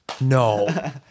no